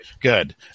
Good